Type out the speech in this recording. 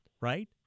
right